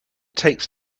takes